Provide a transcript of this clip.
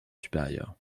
supérieur